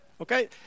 Okay